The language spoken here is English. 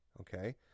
okay